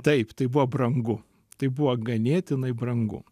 taip tai buvo brangu tai buvo ganėtinai brangu